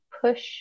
push